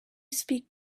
speak